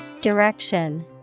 Direction